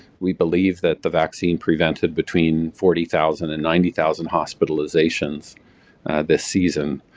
we believe that the vaccine prevented between forty thousand and ninety thousand hospitalizations this season.